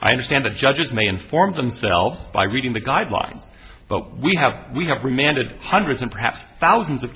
i understand that judges may inform themselves by reading the guidelines but we have we have remanded hundreds and perhaps thousands of